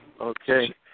Okay